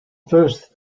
first